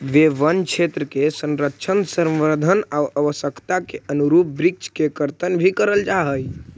वे वनक्षेत्र के संरक्षण, संवर्धन आउ आवश्यकता के अनुरूप वृक्ष के कर्तन भी करल जा हइ